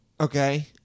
Okay